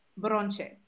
bronche